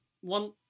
One